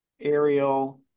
Aerial